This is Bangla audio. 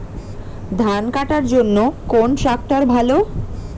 ধান কাটার জন্য কোন ট্রাক্টর ভালো?